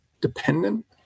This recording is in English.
dependent